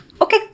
Okay